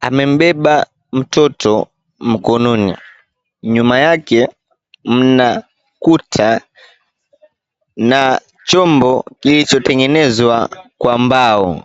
amembeba mtoto mkononi, nyuma yake mna kuta na chombo kilichotengenezwa kwa mbao.